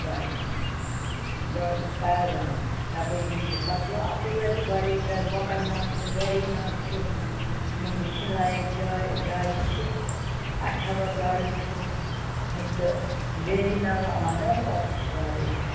تُہۍ گۄڈٕ پہلگامٕے تَپٲرۍ وُچھو پتہٕ چھُو اَپٲرۍ تہِ واریاہ جایہِ کۄکَرناگ چھُ ویری ناگ چھُ یِم وُچھِنۍ لایِق جاے ٲں جایہِ چھِ اچھوَل گارڈٕن چھُ پتہٕ ویری ناگ اہن حظ اورٕ تہِ چھِ واریاہ جایہِ